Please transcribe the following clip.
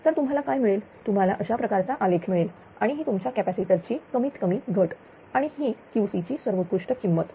तर तुम्हाला काय मिळेल तुम्हाला अशा प्रकारचा आलेख मिळेल आणि ही तुमच्या कॅपॅसिटर ची कमीत कमी घट आणि ही QC ची सर्वोत्कृष्ट किंमत